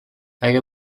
اگه